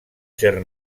ser